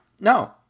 No